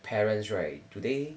parents right do they